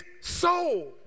soul